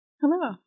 Hello